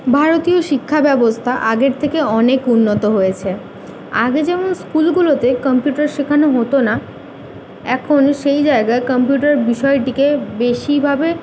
ভারতীয় শিক্ষা ব্যবস্থা আগের থেকে অনেক উন্নত হয়েছে আগে যেমন স্কুলগুলোতে কম্পিউটার শেখানো হতো না এখন সেই জায়গায় কম্পিউটার বিষয়টিকে বেশিভাবে